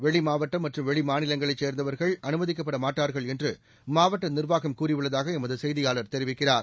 வெளிமாவட்டம் மற்றும் வெளி மாநிலங்களைச் சேர்ந்தவர்கள் அனுமதிக்கப்படமாட்டார்கள் என்று மாவட்ட நிர்வாகம் கூறியுள்ளதாக எமது செய்தியாளர் தெரிவிக்கிறார்